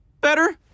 Better